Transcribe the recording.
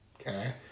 Okay